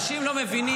אנשים לא מבינים,